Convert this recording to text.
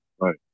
right